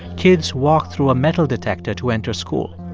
kids walk through a metal detector to enter school.